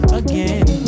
again